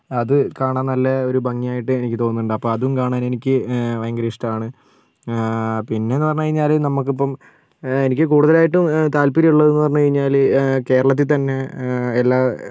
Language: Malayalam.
അത് കാണാൻ നല്ല ഒരു ഭംഗിയായിട്ട് എനിക്ക് തോന്നുന്നുണ്ട് അപ്പോൾ അതും കാണാനെനിക്ക് ഭയങ്കര ഇഷ്ട്ടമാണ് പിന്നേന്ന് പറഞ്ഞ് കഴിഞ്ഞാൽ നമുക്കിപ്പം എനിക്ക് കൂടുതലായിട്ടും താല്പര്യമുള്ളതിന്ന് പറഞ്ഞ് കഴിഞ്ഞാൽ കേരളത്തിൽ തന്നെ എല്ലാ